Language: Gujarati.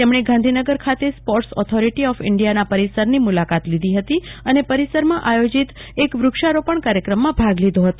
તેમણે ગાંધીનગર ખાતે સ્પોટ્ર્સ ઑથોરિટી ઑફ ઇન્ડિયાના પરિસરની મુલાકાત લીધી હતી અને પરિસરમાં આયોજિત એક વ્રક્ષારોપજ્ઞ કાર્યક્રમમાં ભાગ લીધો હતો